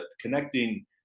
connecting